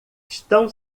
estão